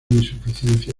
insuficiencia